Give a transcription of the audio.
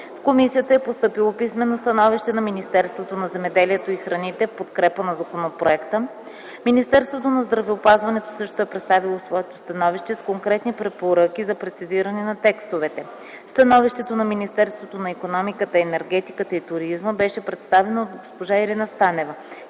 В комисията е постъпило писмено становище на Министерството на земеделието и храните в подкрепа на законопроекта. Министерството на здравеопазването също е представило своето становище с конкретни препоръки за прецизиране на текстовете. Становището на Министерство на икономиката, енергетиката и туризма беше представено от госпожа Ирина Станева.